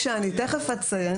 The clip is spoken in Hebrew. החוק שאני תכף אציין,